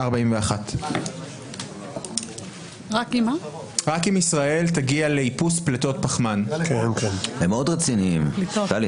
41. הם מאוד רציניים, טלי.